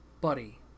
Buddy